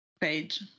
page